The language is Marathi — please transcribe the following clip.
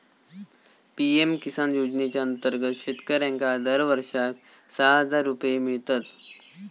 पी.एम किसान योजनेच्या अंतर्गत शेतकऱ्यांका दरवर्षाक सहा हजार रुपये मिळतत